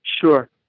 Sure